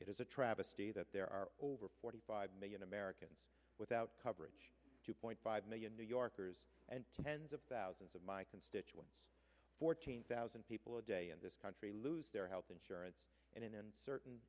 it is a travesty that there are over forty five million americans without coverage two point five million new yorkers and tens of thousands of my constituents fourteen thousand people a day in this country lose their health insurance and in certain